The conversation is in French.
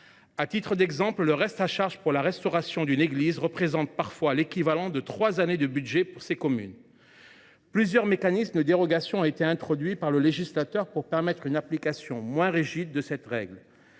À titre d’exemple, le reste à charge pour la restauration d’une église représente parfois l’équivalent de trois années de budget pour ces communes. Exact ! Plusieurs mécanismes de dérogation ont été introduits par le législateur pour appliquer de manière moins rigide cette règle.